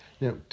Now